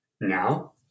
Now